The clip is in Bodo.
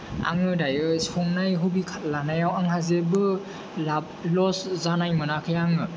आङो दायो संनाय हबि लानायाव आंहा जेबो लाब लस जानाय मोनाखै आङो